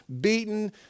beaten